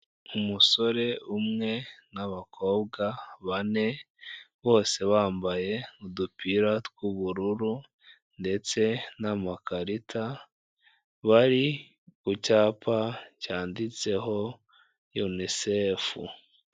Umusore umwe n'abakobwa bane bose bambaye udupira tw'ubururu ndetse n'amakarita, bari ku cyapa cyanditseho UNICEF.